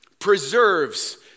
preserves